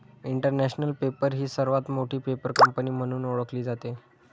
international paper ही सर्वात मोठी पेपर कंपनी म्हणून ओळखली जाते